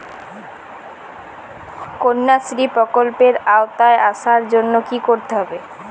কন্যাশ্রী প্রকল্পের আওতায় আসার জন্য কী করতে হবে?